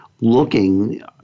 looking